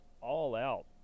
all-out